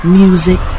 music